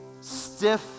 stiff